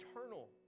eternal